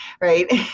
right